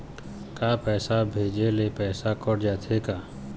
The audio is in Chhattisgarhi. का पैसा भेजे ले पैसा कट जाथे का?